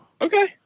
Okay